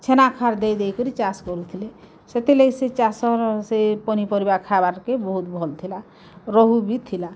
ଛେନା ଖାର୍ ଦେଇ ଦେଇକରି ଚାଷ୍ କରୁଥିଲେ ସେଥିର୍ଲାଗି ସେ ଚାଷର୍ ସେ ପନିପରିବା ଖାଏବାର୍ କେ ବହୁତ୍ ଭଲ୍ ଥିଲା ରହୁ ବି ଥିଲା